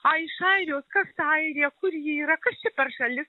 ai iš airijos kas ta airija kur ji yra kas čia per šalis